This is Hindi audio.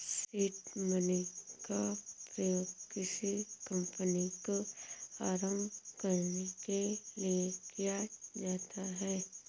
सीड मनी का प्रयोग किसी कंपनी को आरंभ करने के लिए किया जाता है